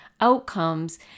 outcomes